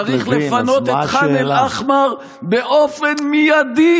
צריך לפנות את ח'אן אל-אחמר באופן מיידי.